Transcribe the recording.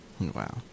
Wow